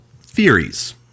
theories